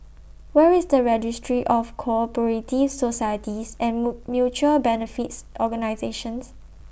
Where IS The Registry of Co Operative Societies and Mutual Benefits Organisations